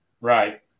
right